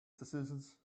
decisions